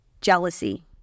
Jealousy